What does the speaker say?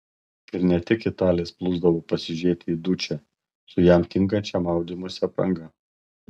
ir ne tik italės plūsdavo pasižiūrėti į dučę su jam tinkančia maudymosi apranga